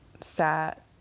sat